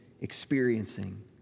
experiencing